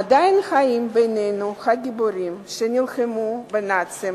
עדיין חיים בינינו הגיבורים שנלחמו בנאצים